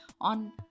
on